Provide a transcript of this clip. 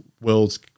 Worlds